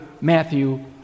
Matthew